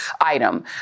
item